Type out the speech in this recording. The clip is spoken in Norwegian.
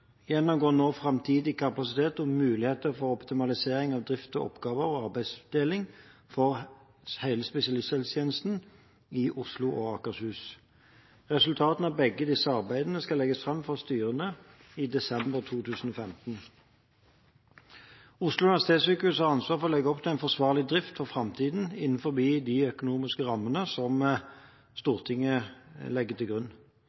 gjennomgår nå framtidig kapasitet og muligheter for optimalisering av drift og oppgave- og arbeidsdeling for hele spesialisthelsetjenesten i Oslo og Akershus. Resultatene av begge disse arbeidene skal legges fram for styrene i desember 2015. Oslo universitetssykehus har ansvar for å legge opp til en forsvarlig drift for framtiden innenfor de økonomiske rammene som Stortinget legger til grunn.